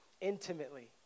intimately